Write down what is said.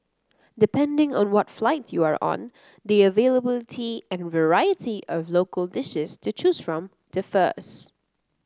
depending on what flight you are on the availability and variety of local dishes to choose from differs